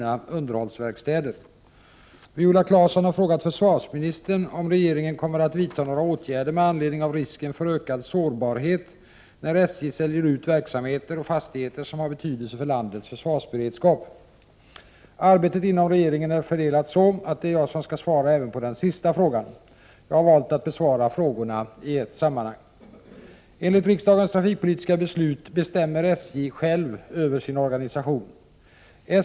Arbetet inom regeringen är fördelat så att det är jag som skall svara även på den sista frågan. Jag har valt att besvara frågorna i ett sammanhang. Enligt riksdagens trafikpolitiska beslut bestämmer SJ själv över sin organisation.